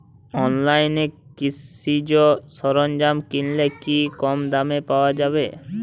অনলাইনে কৃষিজ সরজ্ঞাম কিনলে কি কমদামে পাওয়া যাবে?